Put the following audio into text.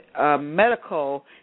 medical